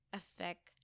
affect